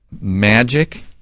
magic